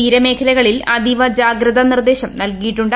തീരമേഖലകളിൽ അതീവ ജാഗ്രത നിർദേശം നൽകിയിട്ടുണ്ട്